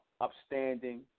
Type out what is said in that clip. upstanding